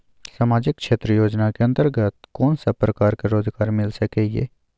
सामाजिक क्षेत्र योजना के अंतर्गत कोन सब प्रकार के रोजगार मिल सके ये?